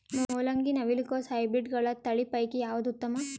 ಮೊಲಂಗಿ, ನವಿಲು ಕೊಸ ಹೈಬ್ರಿಡ್ಗಳ ತಳಿ ಪೈಕಿ ಯಾವದು ಉತ್ತಮ?